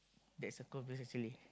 that is a Converse actually